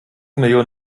millionen